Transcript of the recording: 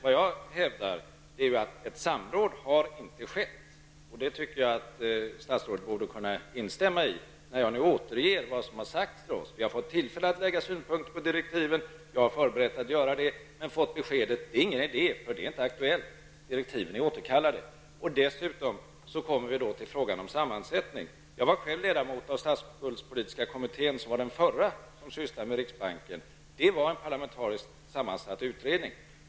Men jag hävdar att ett samråd inte har skett. Och jag tycker att statsrådet borde kunna instämma, när jag återger vad som har sagts till oss. Vi har fått tillfälle att lägga synpunkter på direktiven. Jag har förberett mig på att göra så, men jag har sedan fått beskedet att det inte är någon idé då det hela inte är aktuellt och direktiven är återkallade. Dessutom kommer vi till frågan om utredningens sammansättning. Jag var själv ledamot av statsskuldspolitiska kommittén, som var den förra kommitté som sysslade med riksbanken. Det var en parlamentariskt sammansatt utredning.